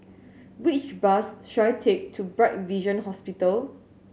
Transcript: which bus should I take to Bright Vision Hospital